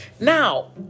Now